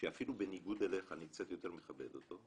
שאפילו בניגוד אליך אני קצת יותר מכבד אותו,